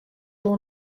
oan